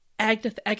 Agatha